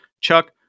Chuck